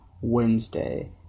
Wednesday